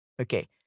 Okay